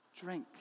drink